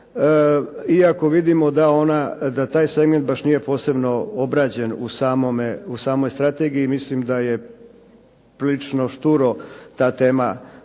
iako vidimo da taj segment nije baš posebno obrađen u samoj strategiji i mislim da je prilično šturo ta tema dotaknuta,